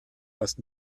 was